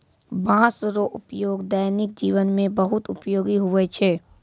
बाँस रो उपयोग दैनिक जिवन मे बहुत उपयोगी हुवै छै